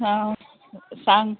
हां सांग